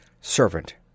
Servant